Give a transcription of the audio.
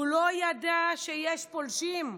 הוא לא ידע שיש פולשים,